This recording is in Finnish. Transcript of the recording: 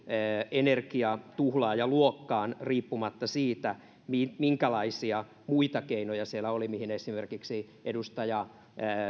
energiatuhlaajaluokkaan riippumatta siitä minkälaisia muita keinoja siellä oli mihin esimerkiksi edustaja